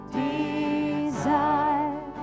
desire